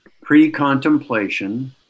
pre-contemplation